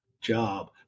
job